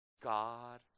God